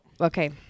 Okay